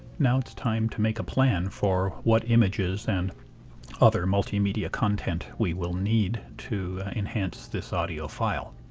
now it's time to make a plan for what images and other multimedia content we will need to enhance this audio file.